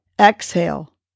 exhale